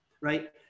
right